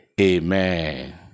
Amen